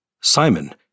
Simon